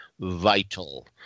vital